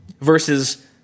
versus